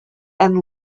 and